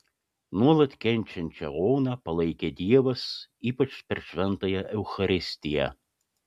nuolat kenčiančią oną palaikė dievas ypač per šventąją eucharistiją